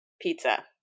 Pizza